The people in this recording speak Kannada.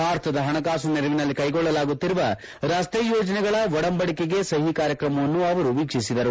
ಭಾರತದ ಹಣಕಾಸು ನೆರವಿನಲ್ಲಿ ಕೈಗೊಳ್ಳಲಾಗುತ್ತಿರುವ ರಸ್ತೆ ಯೋಜನೆಗಳ ಒಡಂಬಡಿಕೆ ಸಹಿ ಕಾರ್ಯಕ್ರಮವನ್ನು ಅವರು ವೀಕ್ಷಿಸಿದರು